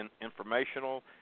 informational